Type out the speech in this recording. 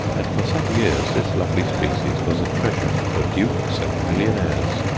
and for some years this lovely species was a treasure for dukes and millionaires.